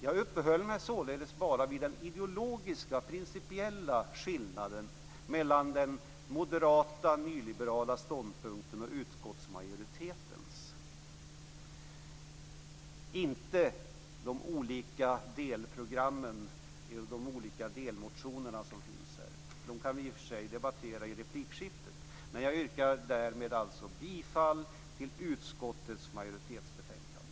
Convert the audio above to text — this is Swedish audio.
Jag uppehöll mig således bara vid den ideologiska principiella skillnaden mellan den moderata nyliberala ståndpunkten och utskottsmajoritetens, inte vid de olika delprogrammen och de olika motionerna. Dem kan vi i och för sig debattera i replikskiftet. Därmed yrkar jag bifall till utskottets majoritetsförslag i betänkandet.